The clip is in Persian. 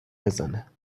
بزنم